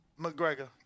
mcgregor